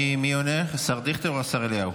מי עונה, השר דיכטר או השר אליהו,